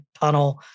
tunnel